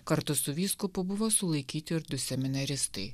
kartu su vyskupu buvo sulaikyti ir du seminaristai